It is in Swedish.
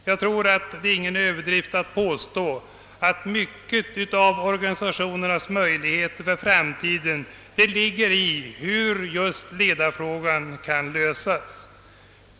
Jag tror inte att det är någon överdrift att påstå att mycket av organisationernas möjligheter för framtiden är beroende av hur ledarfrågan kan lösas.